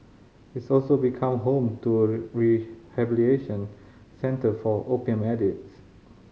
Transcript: its also become home to a rehabilitation centre for opium addicts